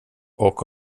och